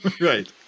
Right